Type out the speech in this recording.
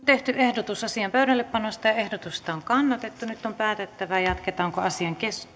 tehty ehdotus asian pöydällepanosta ja ehdotusta on kannatettu nyt on päätettävä jatketaanko asian